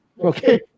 Okay